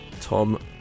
Tom